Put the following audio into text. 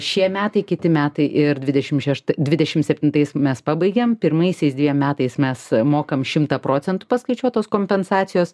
šie metai kiti metai ir dvidešim šešt dvidešim septintais mes pabaigiam pirmaisiais dviem metais mes mokam šimtą procentų paskaičiuotos kompensacijos